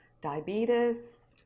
diabetes